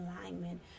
alignment